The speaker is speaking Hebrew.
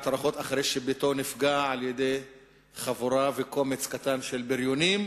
הרוחות אחרי שביתו נפגע על-ידי חבורה וקומץ קטן של בריונים,